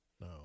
no